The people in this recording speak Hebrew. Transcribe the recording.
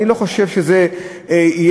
אני לא חושב שזה יהיה,